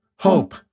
Hope